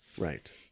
Right